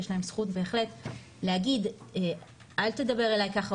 יש להן זכות בהחלט להגיד אל תדבר אלי ככה,